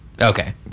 okay